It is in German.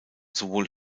sowohl